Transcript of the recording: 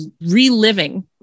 reliving